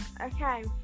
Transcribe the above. Okay